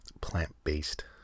plant-based